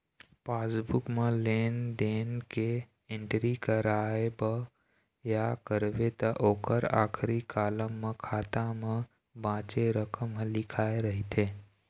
passbook म लेन देन के एंटरी कराबे या करबे त ओखर आखरी कालम म खाता म बाचे रकम ह लिखाए रहिथे